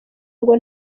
ngo